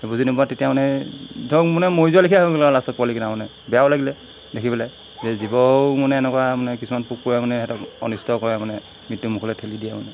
বুজি নোপোৱাত তেতিয়া মানে ধৰক মানে মৰি যোৱা লিখিয়া হৈ গ'ল লাষ্টত পোৱালিকেইটা মানে বেয়াও লাগিলে দেখি পেলাই যে জীৱও মানে এনেকুৱা মানে কিছুমান পোক পৰুৱাই মানে সিহঁতক অনিষ্ট কৰে মানে মৃত্যুমুখলৈ ঠেলি দিয়ে মানে